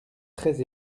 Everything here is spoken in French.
très